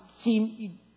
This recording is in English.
seem